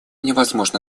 невозможно